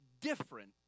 different